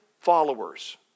followers